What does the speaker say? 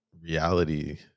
reality